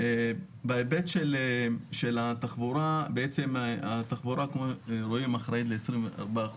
בהיבט של התחבורה בעצם התחבורה כמו שרואים אחראית ל-24%,